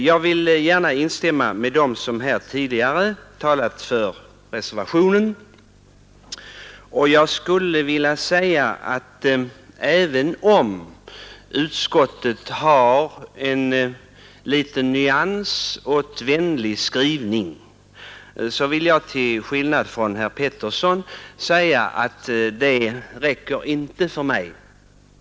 Jag vill gärna instämma med dem som här tidigare har talat för reservationen. Även om utskottet har en liten nyans av vänlig skrivning, så anser jag inte — till skillnad från herr Petersson i Röstånga — att den skrivningen räcker för mig.